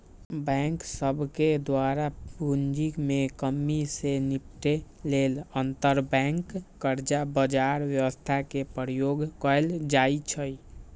bank सभके द्वारा पूंजी में कम्मि से निपटे लेल अंतरबैंक कर्जा बजार व्यवस्था के प्रयोग कएल जाइ छइ